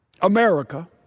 america